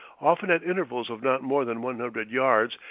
often at intervals of not more than one hundred yards,